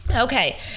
Okay